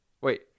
Wait